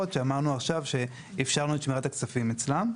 שאמרנו עכשיו שאפשרנו את שמירת הכספים אצלן.